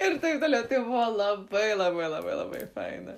ir taip toliau tai buvo labai labai labai labai faina